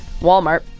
Walmart